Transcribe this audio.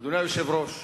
אדוני היושב-ראש,